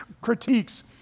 critiques